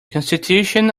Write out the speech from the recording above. constitution